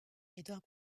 edvard